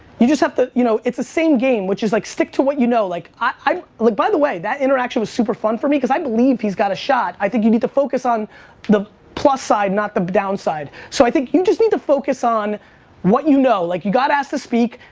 you just have to, you know it's the same game which is like stick to what you know like i'm, the like by the way that interaction is super fun for me because i believe he's got a shot i think you need to focus on the plus side not the down side so, i think you just need to focus on what you know like, you got us to speak.